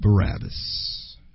Barabbas